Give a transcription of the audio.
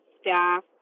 staff